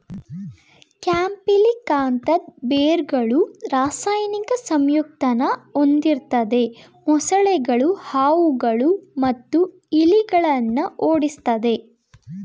ಕ್ಯಾಂಪಿಲಿಕಾಂತದ್ ಬೇರ್ಗಳು ರಾಸಾಯನಿಕ ಸಂಯುಕ್ತನ ಹೊಂದಿರ್ತದೆ ಮೊಸಳೆಗಳು ಹಾವುಗಳು ಮತ್ತು ಇಲಿಗಳನ್ನ ಓಡಿಸ್ತದೆ